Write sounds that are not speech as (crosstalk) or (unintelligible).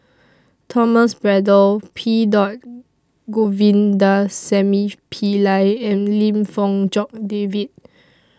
Thomas Braddell P (unintelligible) Govindasamy Pillai and Lim Fong Jock David